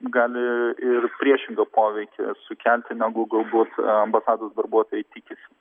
gali ir priešingą poveikį sukelti negu galbūt ambasados darbuotojai tikisi